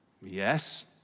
Yes